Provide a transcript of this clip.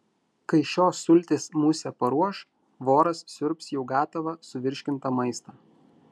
kai šios sultys musę paruoš voras siurbs jau gatavą suvirškintą maistą